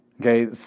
Okay